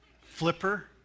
Flipper